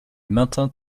maintint